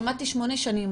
לימדתי שמונה שנים,